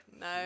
No